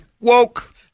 Woke